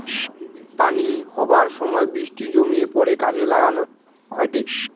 পানি হবার সময় বৃষ্টি জমিয়ে পড়ে কাজে লাগান হয়টে